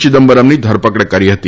ચિદમ્બરમની ધરપકડ કરી હતી